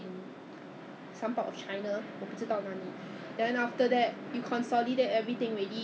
!wah! that is pretty good deal right 不错 leh but what I mean that Ezbuy is 是新加坡的吗还是外国的